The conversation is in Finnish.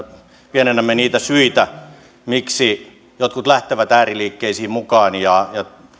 pienennämme niitä syitä miksi jotkut lähtevät ääriliikkeisiin mukaan ja